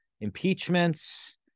impeachments